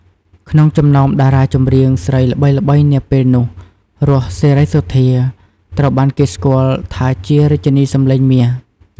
ក្នុងចំណោមតារាចម្រៀងស្រីល្បីៗនាពេលនោះ រស់ សេរីសុទ្ធា ត្រូវបានគេស្គាល់ថាជា រាជនីសម្លេងមាស ។